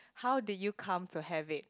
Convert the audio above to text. how did you come to have it